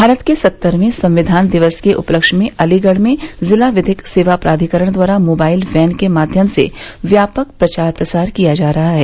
भारत के सत्तरवें संविधान दिवस के उपलक्ष्य में अलीगढ़ में जिला विधिक सेवा प्राधिकरण द्वारा मोबाइल वैन के माध्यम से व्यापक प्रचार प्रसार किया जा रहा है